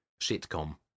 sitcom